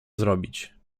zrobić